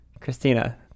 Christina